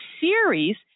series